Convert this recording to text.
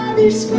this